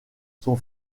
son